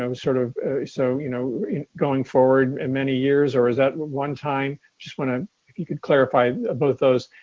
um sort of so you know going forward in many years, or is that one time, just want to clarify both those.